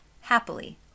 happily